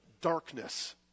darkness